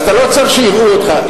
אז אתה לא צריך שיראו אותך.